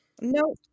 No